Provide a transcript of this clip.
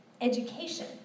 education